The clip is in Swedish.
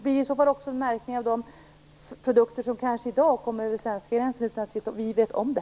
Blir det i så fall också en märkning av de produkter som kanske i dag kommer över den svenska gränsen utan att vi vet om det?